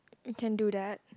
we can do that